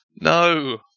No